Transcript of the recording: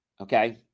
okay